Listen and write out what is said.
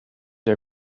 der